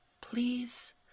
Please